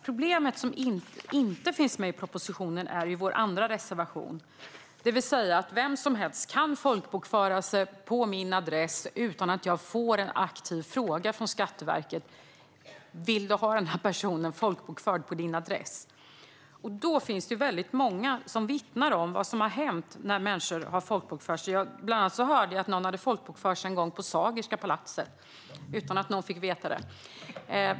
Problemet som inte finns med i propositionen rör vår andra reservation, som handlar om att vem som helst kan folkbokföra sig på min adress utan att jag får en aktiv fråga från Skatteverket om jag vill ha den personen folkbokförd på min adress. Det finns många som vittnar om vad som har hänt när människor har gjort så. Bland annat hörde jag att en person en gång hade folkbokfört sig på Sagerska palatset utan att någon fick veta det.